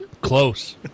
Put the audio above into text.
Close